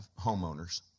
homeowners